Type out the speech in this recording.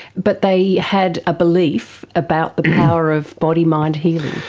but they had a belief about the power of body-mind healing.